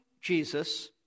Jesus